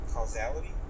Causality